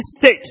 state